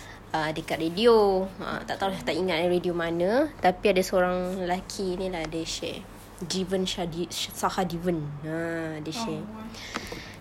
err dekat radio tak tahu lah tak ingat lah radio mana tapi ada seorang lelaki ini lah dia share jeevan sajiv sahadevan ah dia share